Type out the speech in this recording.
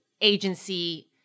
agency